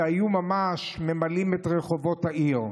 שהיו ממש ממלאים את רחובות העיר,